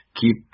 keep